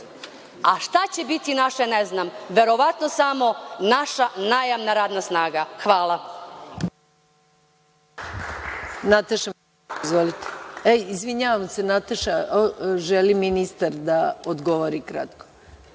a šta će biti naše ne znam, verovatno samo naša najamna radna snaga. Hvala.